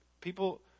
People